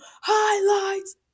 Highlights